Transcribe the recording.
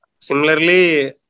Similarly